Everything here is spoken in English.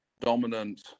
dominant